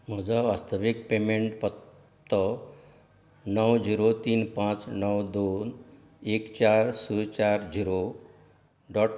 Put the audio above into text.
म्हजो वास्तवीक पेमँट पत्तो णव झिरो तीन पांच णव दोन एक चार स चार झिरो डॉट